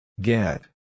get